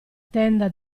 tenda